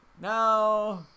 No